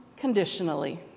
Conditionally